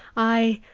i.